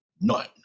None